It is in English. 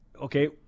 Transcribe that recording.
okay